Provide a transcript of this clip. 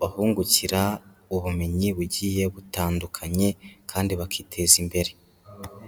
bahungukira ubumenyi bugiye butandukanye kandi bakiteza imbere.